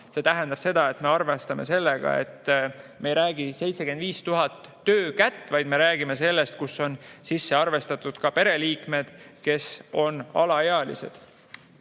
See tähendab seda, et me arvestame sellega, et me ei räägi 75 000 töökäest, vaid me räägime sellest, kuhu on sisse arvestatud ka pereliikmed, kes on alaealised.